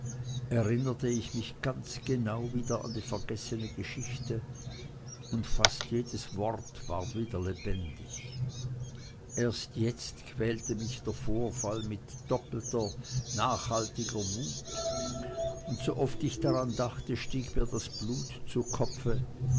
erinnerte ich mich ganz genau wieder an die vergessene geschichte und fast jedes wort ward wieder lebendig erst jetzt quälte mich der vorfall mit verdoppelter nachhaltiger wut und sooft ich daran dachte stieg mir das blut zu kopfe